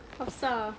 hafsah